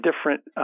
different